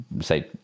say